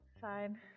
fine